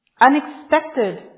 unexpected